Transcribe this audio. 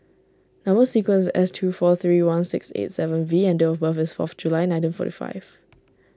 Number Sequence is S two four three one six eight seven V and date of birth is fourth July nineteen forty five